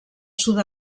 sud